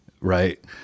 Right